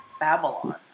Babylon